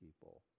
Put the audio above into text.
people